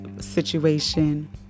situation